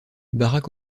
barack